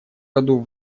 году